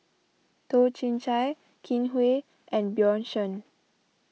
Toh Chin Chye Kin Chui and Bjorn Shen